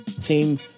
team